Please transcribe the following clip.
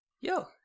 Yo